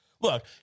look